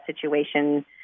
situation